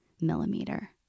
millimeter